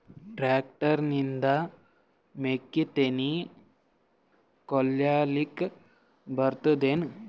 Tractor ನಿಂದ ಮೆಕ್ಕಿತೆನಿ ಕೊಯ್ಯಲಿಕ್ ಬರತದೆನ?